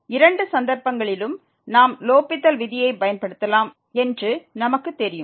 இரண்டு சந்தர்ப்பங்களிலும் நாம் லோப்பித்த விதியைப் பயன்படுத்தலாம் என்று நமக்குத் தெரியும்